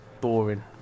boring